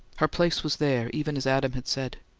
her place was there, even as adam had said.